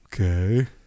okay